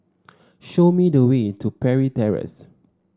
show me the way to Parry Terrace